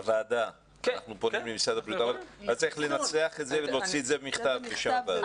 אבל אתה צריך לנסח את זה ולהוציא את זה בכתב בשם הוועדה.